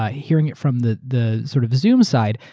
ah hearing it from the the sort of zoom side.